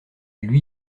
lui